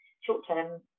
short-term